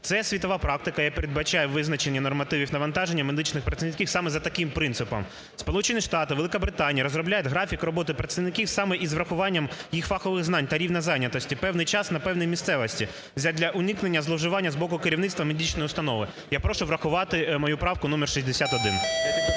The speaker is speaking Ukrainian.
Це світова практика, яка передбачає визначення нормативів навантаження медичних працівників саме за таким принципом. Сполучені Штати, Велика Британія розробляють графік роботи працівників саме із врахуванням їх фахових знань та рівня зайнятості певний час на певній місцевості задля уникнення зловживання з боку керівництва медичної установи. Я прошу врахувати мою правку номер 61.